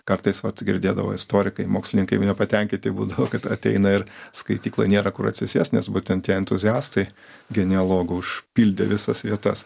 kartais girdėdavo istorikai mokslininkai nepatenkinti būdavo kad ateina ir skaitykloj nėra kur atsisėst nes būtent tie entuziastai genealogų užpildė visas vietas